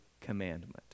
commandment